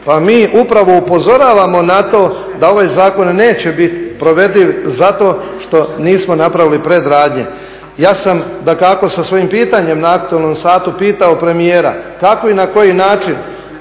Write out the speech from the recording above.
Pa mi upravo upozoravamo na to da ovaj zakon neće biti provediv zato što nismo napravili predradnje. Ja sam dakako sa svojim pitanjem na aktualnom satu pitao premijera kako i na koji način